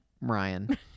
Ryan